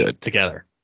together